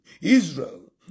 Israel